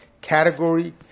category